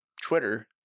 Twitter